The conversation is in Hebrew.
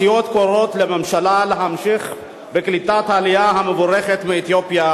הסיעות קוראות לממשלה להמשיך בקליטת העלייה המבורכת מאתיופיה